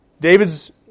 David's